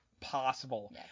possible